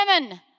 women